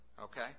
Okay